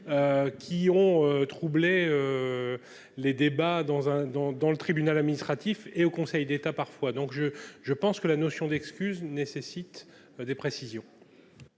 qui ont troublé les débats dans un dans dans le tribunal administratif et au Conseil d'État parfois donc je, je pense que la notion d'excuses, nécessite des précisions.